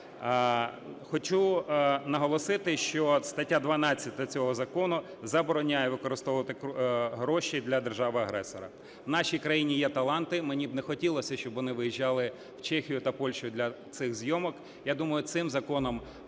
Хочу наголосити, що стаття 12 цього закону забороняє використовувати гроші для держави-агресора. В нашій країні є таланти, мені б не хотілося, щоб вони виїжджали в Чехію та Польщу для цих зйомок, я думаю, цим законом